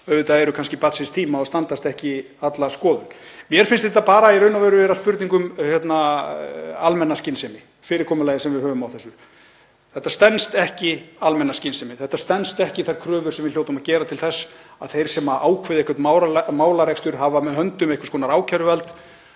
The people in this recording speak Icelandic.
sem eru kannski barn síns tíma og standast ekki alla skoðun. Mér finnst þetta vera spurning um almenna skynsemi, fyrirkomulagið sem við höfum á þessu. Þetta stenst ekki almenna skynsemi. Þetta stenst ekki þær kröfur sem við hljótum að gera til þess að þeir sem ákveða einhvern málarekstur, hafa með höndum einhvers konar ákæruvald,